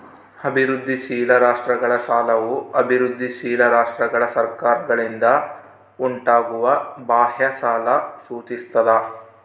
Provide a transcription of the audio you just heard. ಅಭಿವೃದ್ಧಿಶೀಲ ರಾಷ್ಟ್ರಗಳ ಸಾಲವು ಅಭಿವೃದ್ಧಿಶೀಲ ರಾಷ್ಟ್ರಗಳ ಸರ್ಕಾರಗಳಿಂದ ಉಂಟಾಗುವ ಬಾಹ್ಯ ಸಾಲ ಸೂಚಿಸ್ತದ